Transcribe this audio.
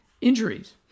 injuries